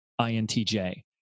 INTJ